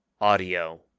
audio